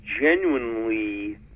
genuinely